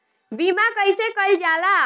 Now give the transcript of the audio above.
बीमा कइसे कइल जाला?